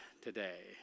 today